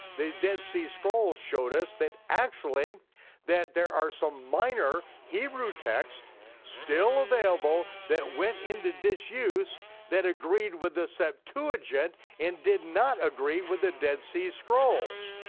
the dead sea scrolls showed us that actually that there are some minor hebrew texts still available that went into disuse that agreed with the septuagint and did not agree with the dead sea scrolls.